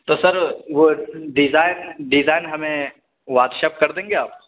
تو سر وہ design design ہمیں واٹسپ کر دیں گے آپ